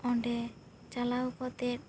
ᱚᱸᱰᱮ ᱪᱟᱞᱟᱣ ᱠᱟᱛᱮ